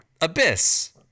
Abyss